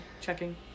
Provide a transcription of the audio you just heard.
Checking